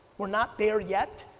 we're not there yet,